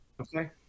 Okay